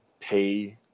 pay